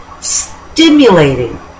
stimulating